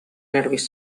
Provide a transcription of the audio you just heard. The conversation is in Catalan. nervis